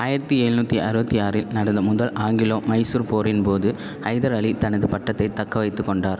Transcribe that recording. ஆயிரத்து எழுநுாற்றி அறுபத்தி ஆறில் நடந்த முதல் ஆங்கிலோ மைசூர் போரின் போது ஹைதர் அலி தனது பட்டத்தை தக்க வைத்து கொண்டார்